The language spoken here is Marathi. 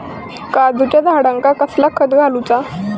काजूच्या झाडांका कसला खत घालूचा?